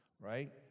right